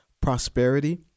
prosperity